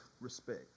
respect